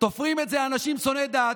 תופרים את זה אנשים שונאי דת,